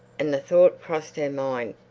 and the thought crossed her mind,